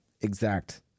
exact